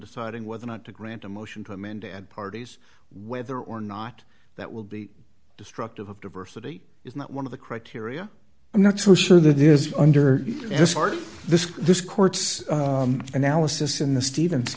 deciding whether or not to grant a motion to amend and parties whether or not that will be destructive of diversity is not one of the criteria i'm not so sure that is under this card this is this court's analysis in the stevens